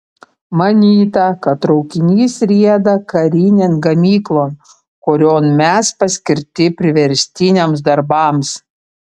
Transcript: manyta kad traukinys rieda karinėn gamyklon kurion mes paskirti priverstiniams darbams